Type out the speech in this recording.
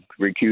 recuse